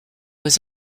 was